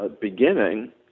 beginning